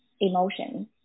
emotion